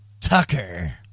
Tucker